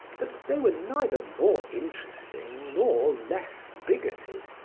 but they were neither more interesting nor less bigoted.